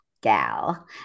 gal